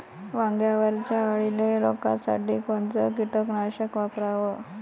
वांग्यावरच्या अळीले रोकासाठी कोनतं कीटकनाशक वापराव?